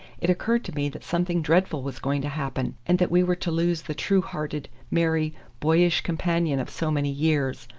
it occurred to me that something dreadful was going to happen, and that we were to lose the true-hearted, merry, boyish companion of so many years.